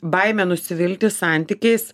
baimė nusivilti santykiais